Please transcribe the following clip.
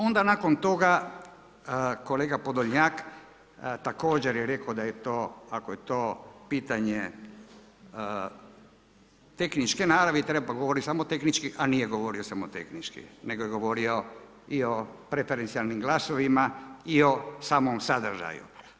Onda nakon toga kolega Podolnjak također je rako da je to ako je to pitanje tehničke naravi treba govoriti samo tehnički, a nije govorio samo tehnički, nego je govorio i o preferencijalnim glasovima i o samom sadržaju.